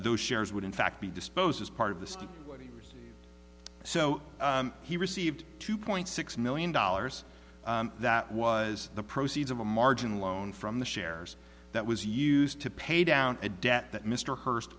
those shares would in fact be disposed as part of the stick so he received two point six million dollars that was the proceeds of a margin loan from the shares that was used to pay down a debt that mr hurst